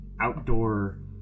outdoor